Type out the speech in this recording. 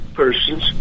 persons